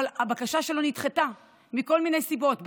אבל הבקשה שלו נדחתה מכל מיני סיבות,